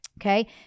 okay